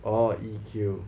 orh E_Q